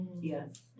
Yes